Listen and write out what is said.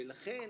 לכן